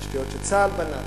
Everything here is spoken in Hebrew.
תשתיות שצה"ל בנה,